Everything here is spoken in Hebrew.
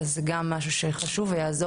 אז זה גם עוד משהו שהוא חשוב ושיעזור